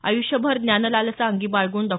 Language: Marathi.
आयुष्यभर ज्ञानलालसा अंगी बाळगून डॉ